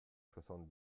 soixante